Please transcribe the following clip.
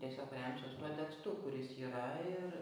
tiesiog remčiaus tuo tekstu kuris yra ir